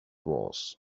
was